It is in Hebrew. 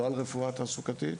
לא על רפואה תעסוקתית.